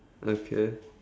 I don't care